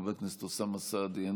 חבר הכנסת אוסאמה סעדי,